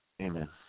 Amen